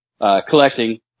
Collecting